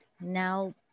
Now